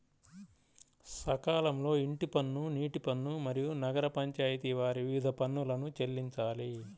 సకాలంలో ఇంటి పన్ను, నీటి పన్ను, మరియు నగర పంచాయితి వారి వివిధ పన్నులను చెల్లించాలి